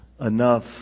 enough